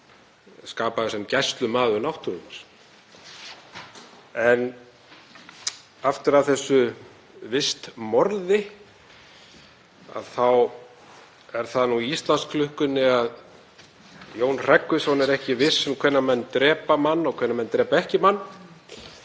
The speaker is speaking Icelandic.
skapaður sem gæslumaður náttúrunnar. En aftur að þessu vistmorði þá er það nú í Íslandsklukkunni að Jón Hreggviðsson er ekki viss um hvenær menn drepi mann og hvenær menn drepi ekki mann.